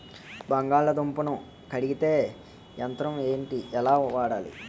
బంగాళదుంప ను కడిగే యంత్రం ఏంటి? ఎలా వాడాలి?